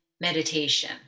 meditation